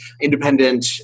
independent